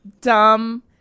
dumb